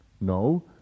No